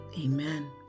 Amen